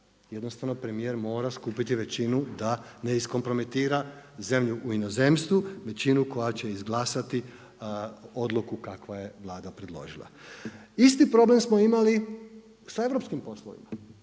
Jednostavno premijer mora skupiti većinu da ne iskompromitira zemlju u inozemstvu, većinu koja će izglasati odluku kakvu je Vlada predložila. Isti problem smo imali sa europskim poslovima,